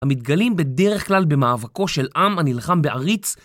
המתגלים בדרך כלל במאבקו של עם הנלחם בעריץ